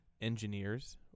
engineers